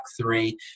three